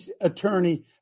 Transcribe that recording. attorney